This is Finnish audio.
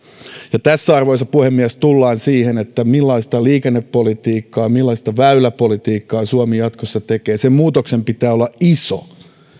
ja tässä arvoisa puhemies tullaan siihen millaista liikennepolitiikkaa millaista väyläpolitiikkaa suomi jatkossa tekee sen muutoksen pitää olla iso